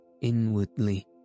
Inwardly